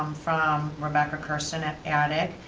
um from rebecca carson at attic,